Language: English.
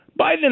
Biden